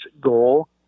goal